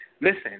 Listen